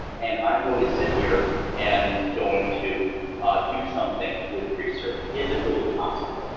and i'm going to sit here and going to do something with research? is it really possible?